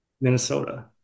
Minnesota